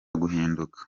guhinduka